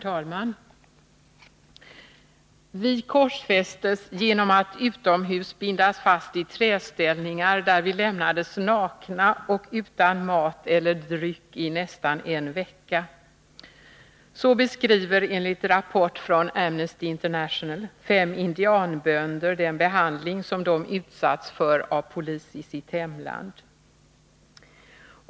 Herr talman! Vi korsfästes genom att utomhus bindas fast i träställningar, där vi lämnades nakna och utan mat eller dryck i nästan en vecka. Så beskriver, enligt rapport från Amnesty International, fem indianbönder den behandling som de utsatts för av polis i sitt hemland.